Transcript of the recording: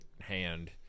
hand